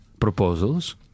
proposals